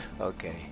Okay